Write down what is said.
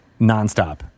nonstop